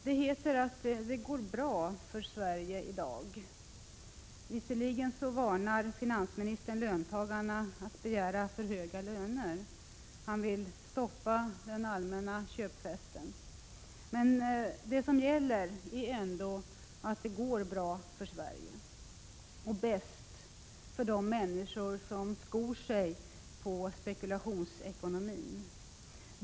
Det heter att det går bra för Sverige i dag. Visserligen varnar finansministern löntagarna för att begära för höga löner. Han vill stoppa den allmänna köpfesten. Men det som gäller är ändå att det går bra för Sverige. Och bäst går det för de människor som skor sig på spekulationsekonomi.